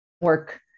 work